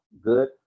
good